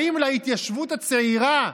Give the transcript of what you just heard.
האם להתיישבות הצעירה,